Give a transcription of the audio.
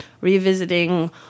revisiting